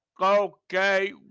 Okay